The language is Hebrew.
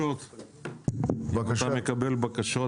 אם אתה מקבל בקשות